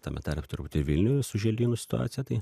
tame tarpe turbūt ir vilniuj su želdynų situacija tai